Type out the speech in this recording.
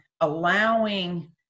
allowing